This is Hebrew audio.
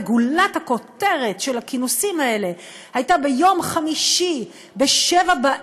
וגולת הכותרת של הכינוסים האלה הייתה ביום חמישי ב-19:00,